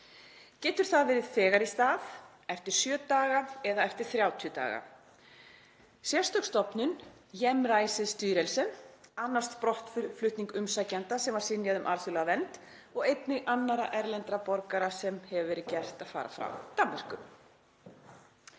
Getur það verið þegar í stað, eftir sjö daga eða eftir 30 daga. Sérstök stofnun, Hjemrejsestyrelsen, annast brottflutning umsækjenda sem var synjað um alþjóðlega vernd og einnig annarra erlendra borgara sem hefur verið gert að fara frá Danmörku.